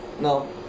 no